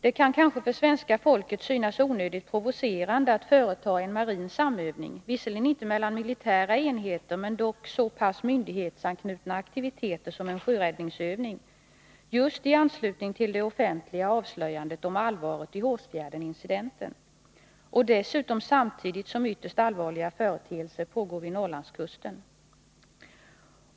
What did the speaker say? Det kan kanske för svenska folket synas onödigt provocerande att företa en marin samövning — visserligen inte mellan militära enheter, men dock så pass myndighetsanknutna aktiviteter som en sjöräddningsövning — just i anslutning till det offentliga avslöjandet av allvaret i Hårsfjärdsincidenten. Samtidigt pågår ju ytterst allvarliga saker vid Norrlandskusten.